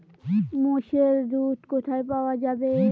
মোষের দুধ কোথায় পাওয়া যাবে?